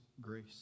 grace